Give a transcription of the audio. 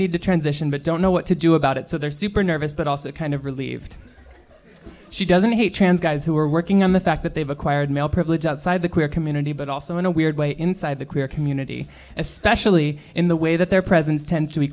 need to transition but don't know what to do about it so they're super nervous but also kind of relieved she doesn't hate trans guys who are working on the fact that they've acquired male privilege outside the queer community but also in a weird way inside the queer community especially in the way that their presence tends to be